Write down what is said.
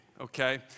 okay